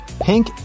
pink